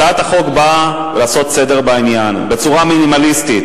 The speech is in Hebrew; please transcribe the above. הצעת החוק באה לעשות סדר בעניין בצורה מינימליסטית,